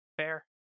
fair